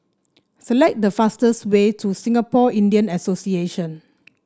select the fastest way to Singapore Indian Association